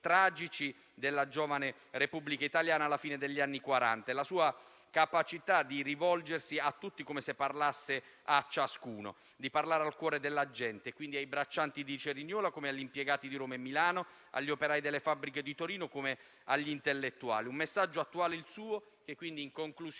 tragici della giovane Repubblica Italiana alla fine degli anni Quaranta e la sua capacità di rivolgersi a tutti, come se parlasse a ciascuno, la sua capacità di parlare al cuore della gente, quindi ai braccianti di Cerignola come agli impiegati di Roma e Milano, agli operai delle fabbriche di Torino come agli intellettuali. Un messaggio attuale il suo e, in conclusione,